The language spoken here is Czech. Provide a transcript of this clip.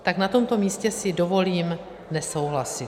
Tak na tomto místě si dovolím nesouhlasit.